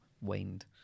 waned